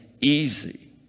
easy